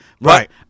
Right